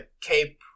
cape